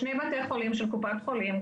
שני בתי חולים של קופת חולים,